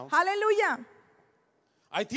Hallelujah